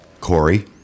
Corey